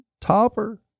topper